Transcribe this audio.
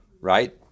right